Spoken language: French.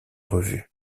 revues